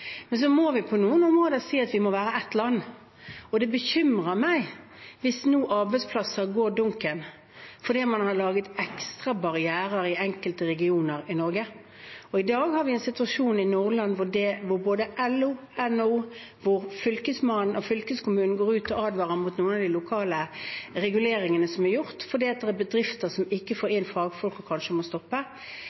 men de ønsket at dette skulle være nasjonalt for å slippe det de opplevde som en økt spenning mellom hyttefolk fra byene og distriktskommuner. Vi må på noen områder si at vi må være ett land, og det bekymrer meg hvis arbeidsplasser nå går dukken fordi man har laget ekstra barrierer i enkelte regioner i Norge. I dag har vi en situasjon i Nordland hvor både LO, NHO, Fylkesmannen og fylkeskommunen går ut og advarer mot noen av de lokale reguleringene som er gjort, fordi det er bedrifter som ikke får